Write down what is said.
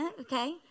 Okay